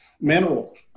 mineral